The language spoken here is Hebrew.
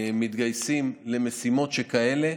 מתגייסים למשימות שכאלה,